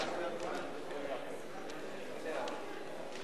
המעורבות הזאת,